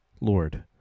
Lord